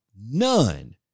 None